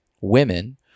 women